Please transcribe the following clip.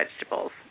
vegetables